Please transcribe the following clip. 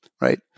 Right